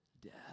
death